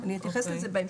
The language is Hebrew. אני אתייחס אל זה בהמשך,